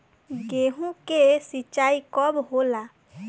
गेहूं के सिंचाई कब होला?